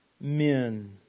men